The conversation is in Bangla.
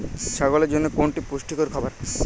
ছাগলের জন্য কোনটি পুষ্টিকর খাবার?